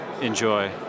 enjoy